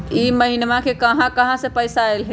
इह महिनमा मे कहा कहा से पैसा आईल ह?